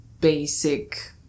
basic